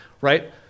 Right